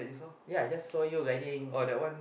ya I just saw you wedding